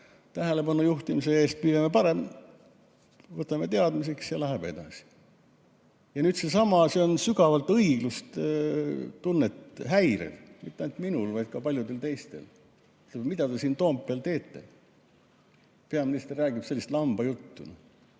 tähelepanu juhtimise eest, püüame paremini, võtame teadmiseks ja läheb edasi. Seesama, see on sügavalt õiglustunnet häiriv, mitte ainult minul, vaid ka paljudel teistel. Ütleb, et mida te siin Toompeal teete? Peaminister räägib sellist lambajuttu.